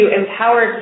empower